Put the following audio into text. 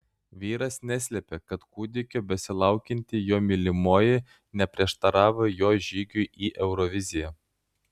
vyras neslėpė kad kūdikio besilaukianti jo mylimoji neprieštaravo jo žygiui į euroviziją